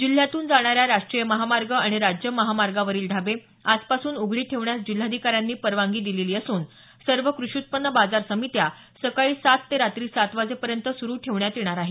जिल्ह्यातून जाणाऱ्या राष्ट्रीय महामार्ग आणि राज्य महामार्गावरील ढाबे आजपासून उघडी ठेवण्यास जिल्हाधिकाऱ्यांनी परवानगी दिलेली असून सर्व कृषी उत्पन्न बाजार समित्या सकाळी सात ते रात्री सात वाजेपर्यंत सुरू ठेवण्यात येणार आहेत